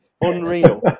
Unreal